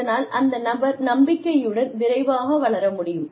இதனால் அந்த நபர் நம்பிக்கையுடன் விரைவாக வளர முடியும்